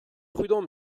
prudent